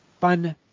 fun